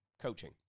coaching